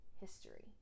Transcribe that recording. history